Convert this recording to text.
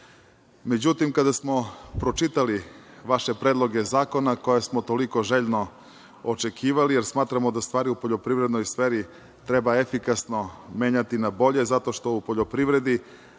kada smo pročitali vaše predloge zakona, koje smo toliko željno očekivali, jer smatramo da stvari u poljoprivrednoj sferi treba efikasno menjati na bolje, zato što u poljoprivredi,